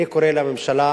אני קורא לממשלה,